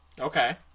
Okay